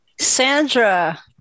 Sandra